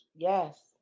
Yes